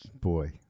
boy